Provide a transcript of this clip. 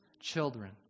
children